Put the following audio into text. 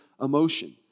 emotion